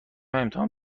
امتحان